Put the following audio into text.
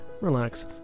relax